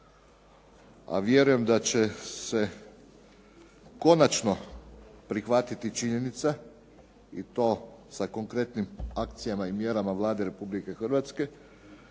a vjerujem da će se konačno prihvatiti činjenica i to sa konkretnim akcijama i mjerama Vlade Republike Hrvatske